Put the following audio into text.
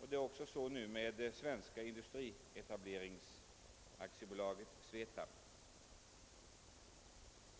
och det är så nu med Svenska industrietableringsaktiebolaget, SVETAB.